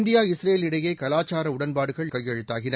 India Israel இடையேகலாச்சாரஉடன்பாடுகள் இன்றுகையெழுத்தாகின